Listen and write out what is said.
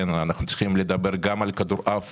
אנחנו צריכים לדבר גם על כדורעף